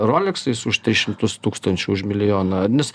roleksais už tris šimtus tūkstančių už milijoną nes